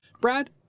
Brad